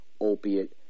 opiate